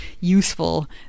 useful